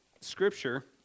scripture